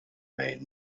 may